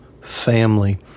family